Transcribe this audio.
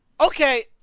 Okay